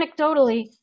anecdotally